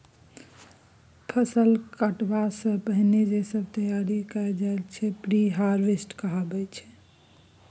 फसल कटबा सँ पहिने जे सब तैयारी कएल जाइत छै प्रिहारवेस्ट कहाबै छै